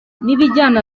n’ibijyana